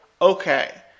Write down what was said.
okay